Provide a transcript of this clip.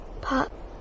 Pop